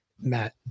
matt